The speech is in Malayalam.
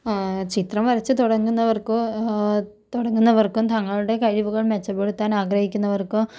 ചിത്രം വരച്ച് തുടങ്ങുന്നവർക്കോ തുടങ്ങുന്നവർക്കും തങ്ങളുടെ കഴിവുകൾ മെച്ചപ്പെടുത്താൻ ആഗ്രഹിക്കുന്നവർക്കോ